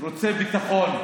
רוצה ביטחון.